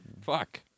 Fuck